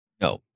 No